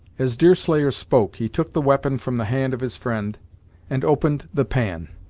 as deerslayer spoke, he took the weapon from the hand of his friend and opened the pan.